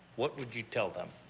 what would you tell them.